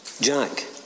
Jack